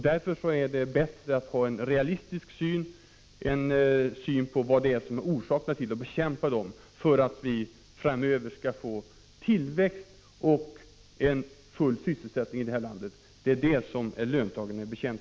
Därför är det bättre att ha en realistisk syn på orsakerna och bekämpa dem så att vi framöver kan få tillväxt och full sysselsättning i det här landet.